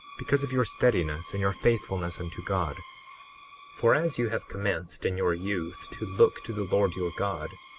because of your steadiness and your faithfulness unto god for as you have commenced in your youth to look to the lord your god,